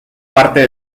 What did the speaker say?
parte